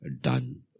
done